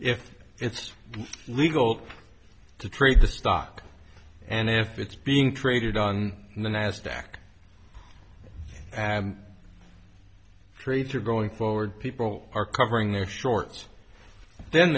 if it's legal to trade the stock and if it's being traded on the nasdaq and trades are going forward people are covering their shorts then